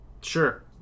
sure